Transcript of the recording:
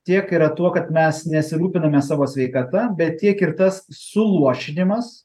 tiek yra tuo kad mes nesirūpiname savo sveikata bet tiek ir tas suluošinimas